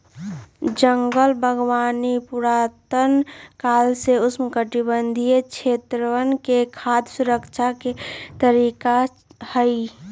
जंगल बागवानी पुरातन काल से उष्णकटिबंधीय क्षेत्रवन में खाद्य सुरक्षा के तरीका हई